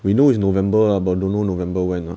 we know is november lah but know november when lah